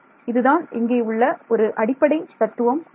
இதுதான் இங்கே உள்ள ஒரு அடிப்படை தத்துவம் ஆகும்